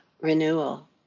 renewal